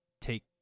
take